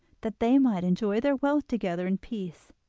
that they might enjoy their wealth together in peace.